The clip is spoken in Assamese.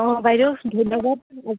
অঁ বাইদেউ ধন্যবাদ